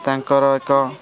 ତାଙ୍କର ଏକ